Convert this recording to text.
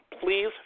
Please